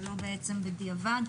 ולא בדיעבד.